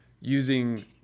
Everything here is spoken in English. using